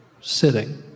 sitting